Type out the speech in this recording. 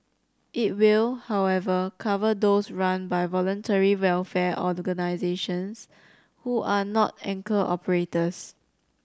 it will however cover those run by voluntary welfare organisations who are not anchor operators